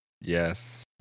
Yes